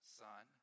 son